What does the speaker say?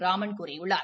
ராமன் கூறியுள்ளார்